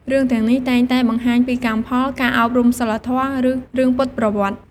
រឿងទាំងនេះតែងតែបង្ហាញពីកម្មផល ការអប់រំសីលធម៌ ឬរឿងពុទ្ធប្រវត្តិ។